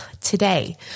today